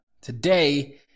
Today